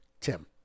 Tim